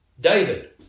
David